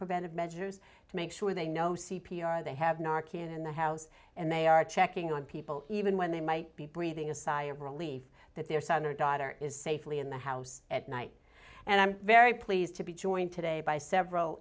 preventive measures to make sure they know c p r they have narcan in the house and they are checking on people even when they might be breathing a sigh of relief that their son or daughter is safely in the house at night and i'm very pleased to be joined today by several